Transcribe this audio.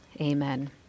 Amen